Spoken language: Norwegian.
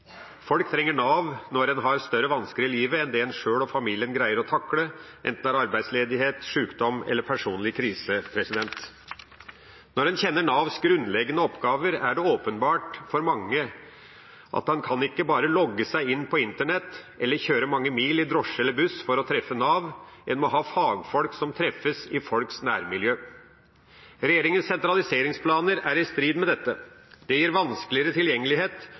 Folk trenger Nav når en har større vansker i livet enn det en sjøl og familien greier å takle, enten det er arbeidsledighet, sykdom eller personlig krise. Når en kjenner Navs grunnleggende oppgaver, er det åpenbart for mange at en ikke bare kan logge seg inn på internett eller kjøre mange mil i drosje eller buss for å treffe Nav; en må ha fagfolk som treffes i folks nærmiljø. Regjeringas sentraliseringsplaner er i strid med dette. Det gir vanskeligere tilgjengelighet